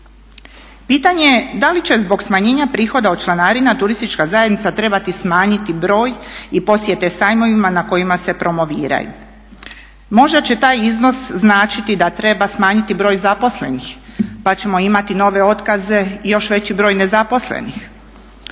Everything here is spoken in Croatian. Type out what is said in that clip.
Pitanje je da li će zbog smanjenja prihoda od članarina turistička zajednica trebati smanjiti broj i posjete sajmovima na kojima se promoviraju. Možda će taj iznos značiti da treba smanjiti broj zaposlenih pa ćemo imati nove otkaze i još veći broj nezaposlenih,